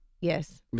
Yes